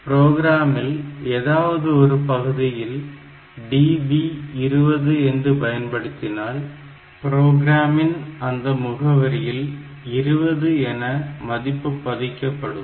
புரோகிராமில் ஏதாவது ஒரு பகுதியில் DB 20 என்று பயன்படுத்தினால் புரோகிராமின் அந்த முகவரியில் 20 என்ற மதிப்பு பதியப்படும்